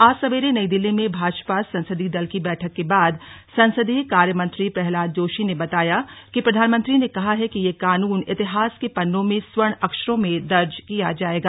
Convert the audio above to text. आज सवेरे नई दिल्ली में भाजपा संसदीय दल की बैठक के बाद संसदीय कार्यमंत्री प्रहलाद जोशी ने बताया कि प्रधानमंत्री ने कहा है कि यह कानून इतिहास के पन्नों में स्वर्ण अक्षरों में दर्ज किया जायेगा